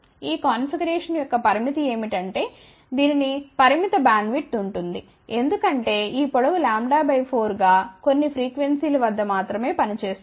ఈ కాన్ఫిగరేషన్ యొక్క పరిమితి ఏమిటంటే దీనికి పరిమిత బ్యాండ్విడ్త్ ఉంటుంది ఎందుకంటే ఈ పొడవు λ 4 గా కొన్ని ఫ్రీక్వెన్సీల వద్ద మాత్రమే పనిచేస్తుంది